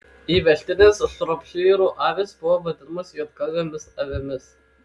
įvežtinės šropšyrų avys buvo vadinamos juodgalvėmis avimis